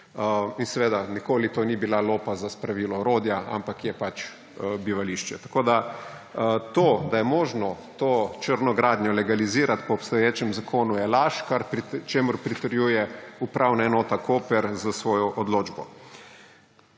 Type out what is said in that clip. in seveda nikoli ni to bila lopa za spravilo orodja, ampak je pač bivališče. Tako je to, da je možno to črno gradnjo legalizirati po obstoječem zakonu, laž, čemur pritrjuje Upravna enota Koper s svojo odločbo.